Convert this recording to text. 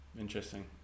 interesting